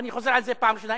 ואני חוזר על זה פעם שנייה,